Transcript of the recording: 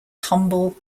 humble